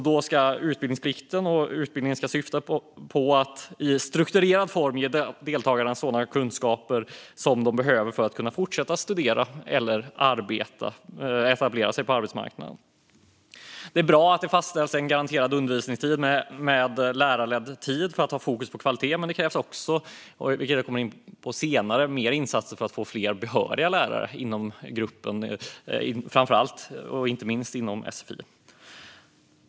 Då ska utbildningen syfta till att i strukturerad form ge deltagarna sådana kunskaper som de behöver för att kunna fortsätta studera eller etablera sig på arbetsmarknaden. Det är bra att det fastställs en garanterad undervisningstid med lärarledd tid för att ha fokus på kvalitet, men det krävs också, vilket jag kommer in på senare, mer insatser för att få fler behöriga lärare inom gruppen, inte minst inom sfi.